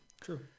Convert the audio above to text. true